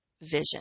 vision